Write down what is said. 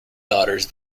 daughters